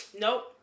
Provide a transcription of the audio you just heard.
Nope